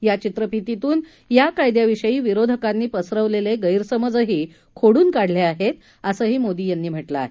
या चित्रफितीतून या कायद्याविषयी विरोधकांनी पसरवलेले गैरसमजही खोडून काढले आहेत असंही मोदी यांनी म्हटलं आहे